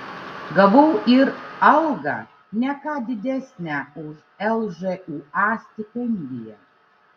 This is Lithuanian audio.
gavau ir algą ne ką didesnę už lžūa stipendiją